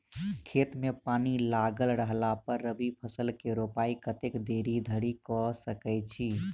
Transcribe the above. खेत मे पानि लागल रहला पर रबी फसल केँ रोपाइ कतेक देरी धरि कऽ सकै छी?